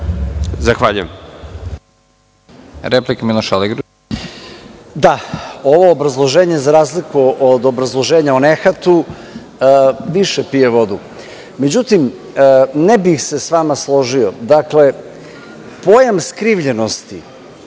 Aligrudić, replika. **Miloš Aligrudić** Da, ovo obrazloženje, za razliku od obrazloženja o nehatu, više pije vodu.Međutim, ne bih se sa vama složio. Dakle, problem skrivljenosti